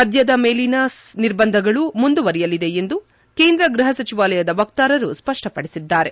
ಮದ್ಯದ ಮೇಲಿನ ನಿರ್ಬಂಧಗಳು ಮುಂದುವರೆಯಲಿದೆ ಎಂದು ಕೇಂದ್ರ ಗ್ಬಹ ಸಚಿವಾಲಯದ ವಕ್ತಾರರು ಸ್ಪ ಷ್ವ ಪದಿಸಿದ್ದಾರೆ